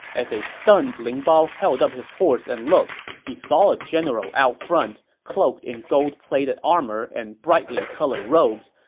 as a stunned ling bao held up his horse and looked, he saw a general out front, cloaked in gold-plated armor and brightly colored robes.